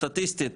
סטטיסטית,